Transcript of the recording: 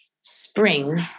spring